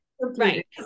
right